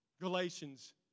Galatians